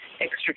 extra